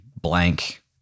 blank